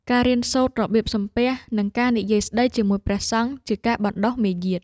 ការរៀនសូត្ររបៀបសំពះ និងការនិយាយស្តីជាមួយព្រះសង្ឃ ជាការបណ្តុះមារយាទ។